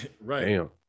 right